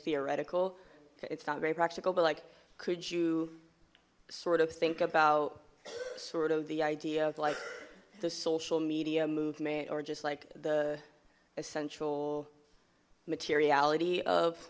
theoretical it's not very practical but like could you sort of think about sort of the idea of like the social media movement or just like the essential materiality of